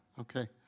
okay